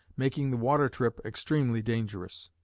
making the water-trip extremely dangerous.